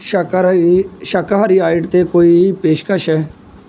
ਸ਼ਾਕਾਰਾਹੀ ਸ਼ਾਕਾਹਾਰੀ ਆਈਟ 'ਤੇ ਕੋਈ ਪੇਸ਼ਕਸ਼ ਹੈ